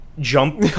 jump